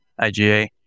IGA